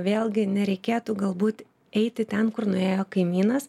vėlgi nereikėtų galbūt eiti ten kur nuėjo kaimynas